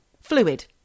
Fluid